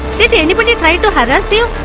did anybody ty to harass you?